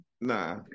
nah